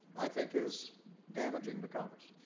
i think is damaging the congress.